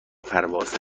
پرواز